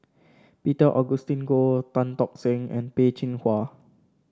Peter Augustine Goh Tan Tock Seng and Peh Chin Hua